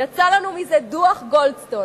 יצא לנו מזה דוח גולדסטון.